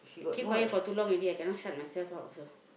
I keep quiet for too long already I cannot shut myself up also